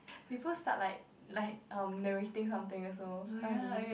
we first thought like like um narrating something also you know what I mean